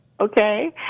Okay